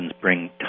bring